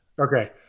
Okay